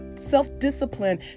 self-discipline